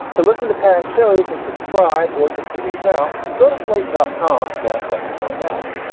to listen to past shows and subscribe or just to reach out, go to slate dot com slash lexicon valley.